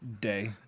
day